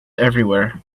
everywhere